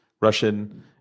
Russian